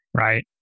Right